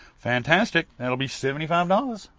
fantastic. that'll be seventy five dollars.